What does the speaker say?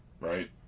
right